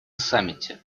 саммите